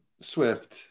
Swift